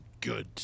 good